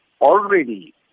already